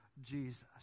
Jesus